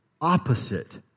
opposite